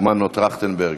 מנו טרכטנברג?